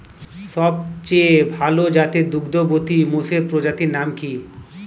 সবচেয়ে ভাল জাতের দুগ্ধবতী মোষের প্রজাতির নাম কি?